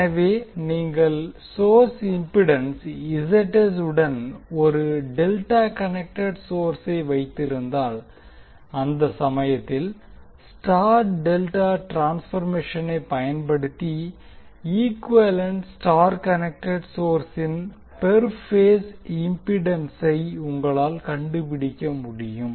எனவே நீங்கள் source impedance உடன் ஒரு டெல்டா கனெக்டெட் சோர்சை வைத்திருந்தால் அந்த சமயத்தில் ஸ்டார் டெல்டா டிரான்ஸ்பர்மேஷனை பயன்படுத்தி ஈக்குவேலன்ட் ஸ்டார் கனெக்டெட் சோர்சின் பெர் பேஸ் இம்பிடன்சை உங்களால் கண்டுபிடிக்க முடியும்